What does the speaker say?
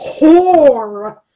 Whore